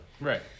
Right